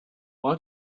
why